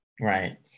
Right